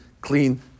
clean